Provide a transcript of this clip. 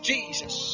Jesus